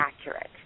accurate